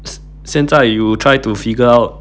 现在 you try to figure out